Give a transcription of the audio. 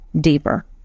deeper